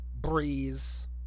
breeze